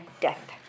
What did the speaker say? death